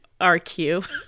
RQ